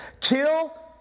kill